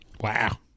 wow